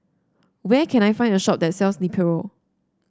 where can I find a shop that sells Nepro